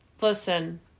Listen